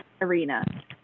arena